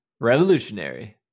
Revolutionary